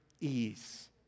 ease